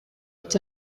est